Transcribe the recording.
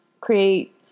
create